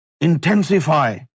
intensify